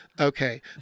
Okay